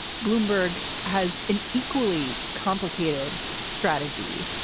bloomberg has an equally complicated strategy,